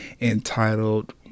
entitled